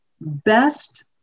best